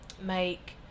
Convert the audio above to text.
make